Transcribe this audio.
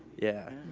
yeah,